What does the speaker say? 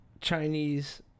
Chinese